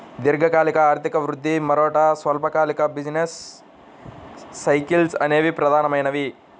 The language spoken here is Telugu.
దీర్ఘకాలిక ఆర్థిక వృద్ధి, మరోటి స్వల్పకాలిక బిజినెస్ సైకిల్స్ అనేవి ప్రధానమైనవి